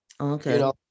Okay